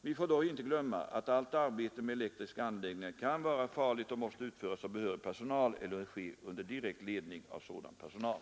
Vi får dock inte glömma att allt arbete med elektriska anläggningar kan vara farligt och måste utföras av behörig personal eller ske under direkt ledning av sådan personal.